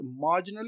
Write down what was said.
marginally